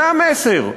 זה המסר.